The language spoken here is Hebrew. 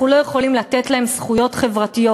אנחנו לא יכולים לתת להם זכויות חברתיות